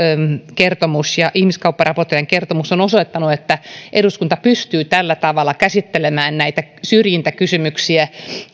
ihmiskaupparaportoijan kertomus on osoittanut että eduskunta pystyy tällä tavalla käsittelemään näitä syrjintäkysymyksiä